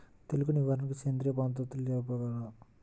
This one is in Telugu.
తెగులు నివారణకు సేంద్రియ పద్ధతులు తెలుపగలరు?